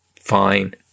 fine